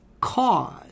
cause